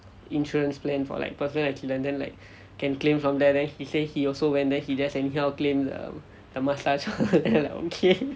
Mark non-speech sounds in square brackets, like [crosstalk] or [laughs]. insurance plan for like personal accident then like can claim from there then he say he also went then he just anyhow claim the the massage [laughs] then I'm like okay